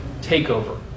takeover